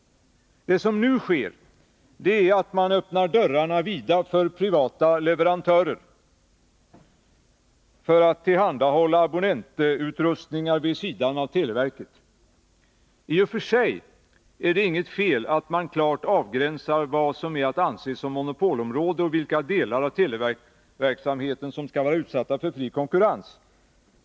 Det som nu sker är att man öppnar dörrarna vida för privata leverantörer att tillhandahålla abonnentutrustningar vid sidan av televerket. I och för sig är det inget fel att man klart avgränsar vad som är att anse som monopolområde och vilka delar av televerksamheten som skall vara utsatta för fri konkurrens.